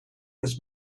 was